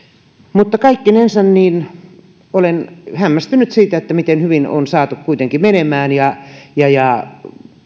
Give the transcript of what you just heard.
mutta kaikkinensa olen hämmästynyt siitä miten hyvin on saatu kuitenkin menemään